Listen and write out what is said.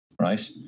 right